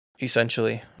essentially